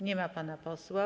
Nie ma pana posła.